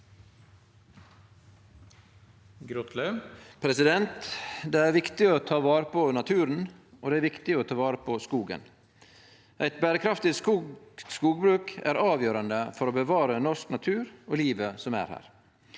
Det er viktig å ta vare på naturen, og det er viktig å ta vare på skogen. Eit berekraftig skogbruk er avgjerande for å bevare norsk natur og livet som er her.